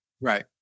Right